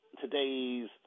today's